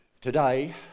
Today